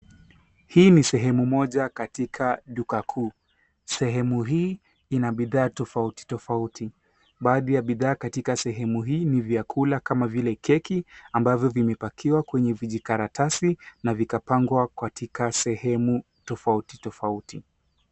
Hii ni sehemu moja katika duka kuu. Sehemu hii ina bidhaa tofauti tofauti. Baadhi ya bidhaa katika sehemu hii ni vyakula kama vile keki ambazo zimepakiwa kwenye vijikaratasi na vikapangwa katika sehemu tofauti tofauti.